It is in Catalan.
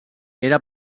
era